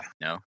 no